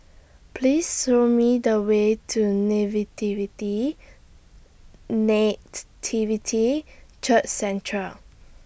Please Show Me The Way to Nativity Church Centre